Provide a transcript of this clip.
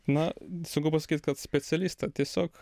na sunku pasakyt kad specialistą tiesiog